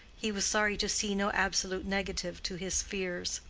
he was sorry to see no absolute negative to his fears.